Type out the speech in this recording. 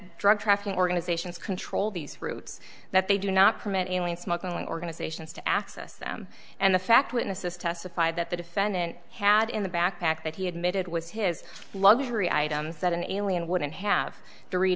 drug trafficking organizations control these groups that they do not permit anyone smuggling organizations to access them and the fact witnesses testified that the defendant had in the backpack that he admitted was his luxury items that an alien wouldn't have t